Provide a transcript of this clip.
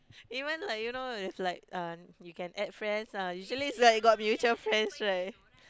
even like you know it's like uh you can add friends ah usually it's like we got mutual friends right